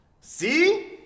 See